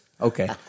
okay